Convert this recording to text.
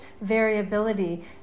variability